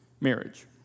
marriage